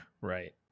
Right